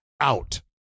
out